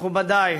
מכובדי,